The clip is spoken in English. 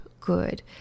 good